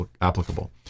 applicable